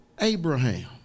Abraham